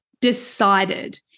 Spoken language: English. decided